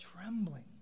trembling